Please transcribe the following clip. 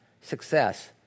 success